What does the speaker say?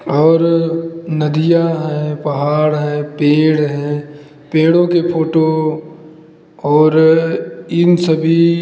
और नदियां है पहाड़ है पेड़ है पेड़ों के फोटो और इन सभी